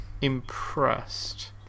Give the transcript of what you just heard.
impressed